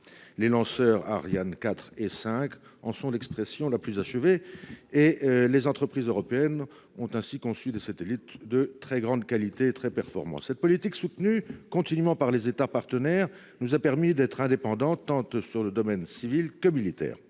Les lanceurs Ariane 4 et 5 en sont l'expression la plus achevée. Les entreprises européennes ont aussi conçu des satellites de très grande qualité et très performants. Cette politique, soutenue continûment par les États partenaires, nous a permis d'être indépendants, tant dans le domaine civil que sur